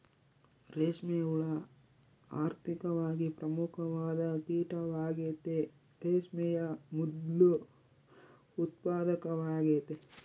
ರೇಷ್ಮೆ ಹುಳ ಆರ್ಥಿಕವಾಗಿ ಪ್ರಮುಖವಾದ ಕೀಟವಾಗೆತೆ, ರೇಷ್ಮೆಯ ಮೊದ್ಲು ಉತ್ಪಾದಕವಾಗೆತೆ